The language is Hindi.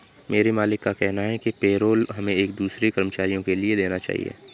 मेरे मालिक का कहना है कि पेरोल हमें एक दूसरे कर्मचारियों के लिए देना चाहिए